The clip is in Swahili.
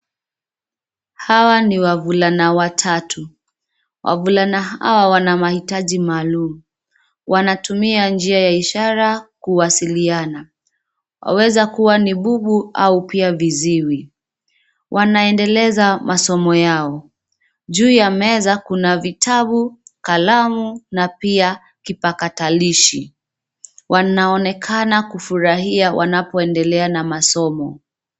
Hawa ni wavulana watatu wavulana hawa wana mahitaji maalumu wanatumia njia ya ishara kuwasiliana waweza kuwa ni bubu au pia viziwi wanaendeleza masomo yao. Juu ya meza kuna vitabu, kalamu na pia kipakatilishi wanaonekana kufurahia wanapoendelea na masomo.